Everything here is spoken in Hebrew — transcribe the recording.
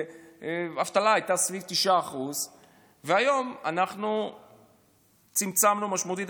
והאבטלה הייתה סביב 9%. היום צמצמנו משמעותית,